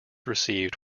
received